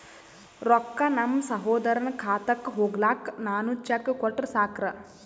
ರೊಕ್ಕ ನಮ್ಮಸಹೋದರನ ಖಾತಕ್ಕ ಹೋಗ್ಲಾಕ್ಕ ನಾನು ಚೆಕ್ ಕೊಟ್ರ ಸಾಕ್ರ?